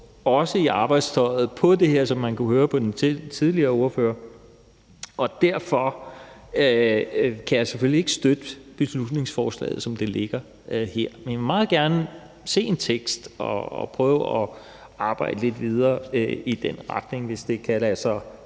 også i arbejdstøjet her, som man kunne høre på den tidligere ordfører, og derfor kan jeg selvfølgelig ikke støtte beslutningsforslaget, som det ligger her, men jeg vil meget gerne se en tekst og prøve at arbejde lidt videre i den retning, hvis det vel at mærke